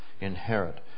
inherit